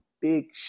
Big